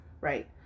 right